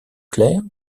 clair